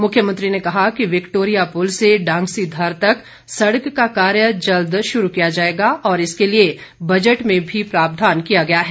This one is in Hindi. मुख्यमंत्री ने कहा कि विक्टोरिया पुल से डांगसीधर तक सड़क का कार्य जल्द शुरू किया जाएगा और इसके लिए बजट में भी प्रावधान किया गया है